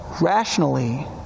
Rationally